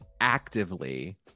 actively